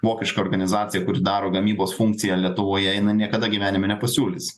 vokiška organizacija kuri daro gamybos funkciją lietuvoje jinai niekada gyvenime nepasiūlys